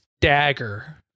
dagger